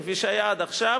כפי שהיה עד עכשיו,